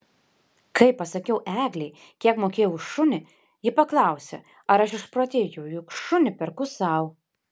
kai pasakiau eglei kiek mokėjau už šunį ji paklausė ar aš išprotėjau juk šunį perku sau